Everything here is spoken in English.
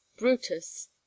Brutus